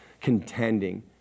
contending